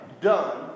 done